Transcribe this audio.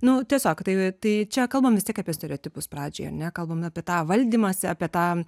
nu tiesiog tai tai čia kalbam vis tiek apie stereotipus pradžioj ar ne kalbam apie tą valdymąsi apie tą